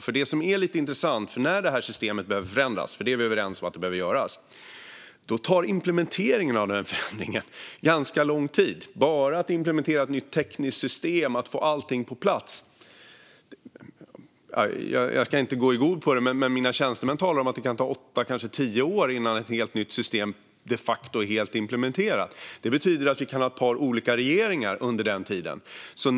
När detta system ska förändras - vi är överens om att det behöver göras - är det lite intressant att implementeringen av förändringen tar ganska lång tid. När det gäller att implementera ett nytt tekniskt system och få allting på plats talar mina tjänstemän om att det kan ta åtta tio år innan ett helt nytt system de facto är helt implementerat. Det betyder att vi kan ha ett par olika regeringar under denna tid.